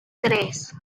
tres